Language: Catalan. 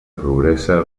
progressa